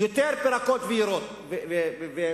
יותר ירקות ופירות,